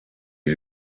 his